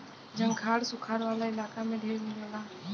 झंखाड़ सुखार वाला इलाका में ढेरे मिलेला